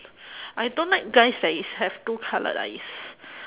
I don't like guys that is have two coloured eyes